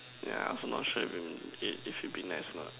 yeah I'm also not sure if it if it'll be nice or not